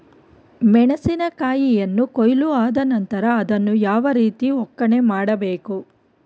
ಮೆಣಸಿನ ಕಾಯಿಯನ್ನು ಕೊಯ್ಲು ಆದ ನಂತರ ಅದನ್ನು ಯಾವ ರೀತಿ ಒಕ್ಕಣೆ ಮಾಡಬೇಕು?